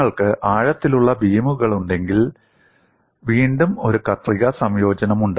നിങ്ങൾക്ക് ആഴത്തിലുള്ള ബീമുകളുണ്ടെങ്കിൽ വീണ്ടും ഒരു കത്രിക സംയോജനം ഉണ്ട്